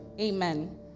Amen